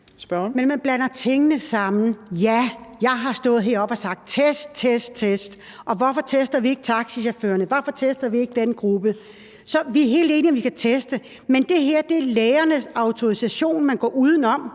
Men man blander tingene sammen. Ja, jeg har stået heroppe og sagt: Test, test, test. Hvorfor tester vi ikke taxachaufførerne? Hvorfor tester vi ikke den gruppe? Så vi er helt enige i, at vi skal teste, men det her er lægernes autorisation, man går uden om.